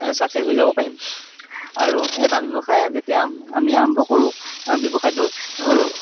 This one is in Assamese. ছাকচেছ হৈ যাব পাৰিম আৰু এটা ব্যৱসায় যেতিয়া আমি আৰম্ভ কৰোঁ ব্যৱসায়টোৰ